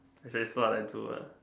this is what I do what